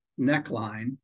neckline